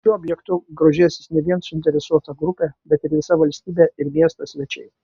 juk šiuo objektu grožėsis ne vien suinteresuota grupė bet ir visa valstybė ir miesto svečiai